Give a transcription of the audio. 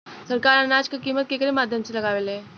सरकार अनाज क कीमत केकरे माध्यम से लगावे ले?